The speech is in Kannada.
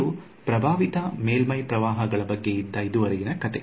ಇದು ಪ್ರಭಾವಿತ ಮೇಲ್ಮೈ ಪ್ರವಾಹಗಳ ಬಗ್ಗೆ ಇದ್ದ ಇದುವರೆಗಿನ ಕಥೆ